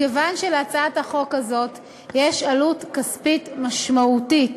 מכיוון שלהצעת החוק הזאת יש עלות כספית משמעותית